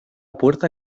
puerta